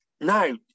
Now